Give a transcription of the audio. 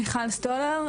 מיכל סטולר,